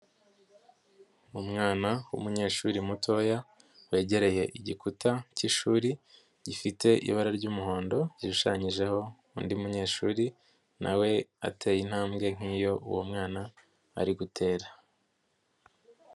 Umwana w'umunyeshuri mutoya, wegereye igikuta k'ishuri gifite ibara ry'umuhondo, gishushanyijeho undi munyeshuri na we ateye intambwe nk'iyo uwo mwana ari gutera.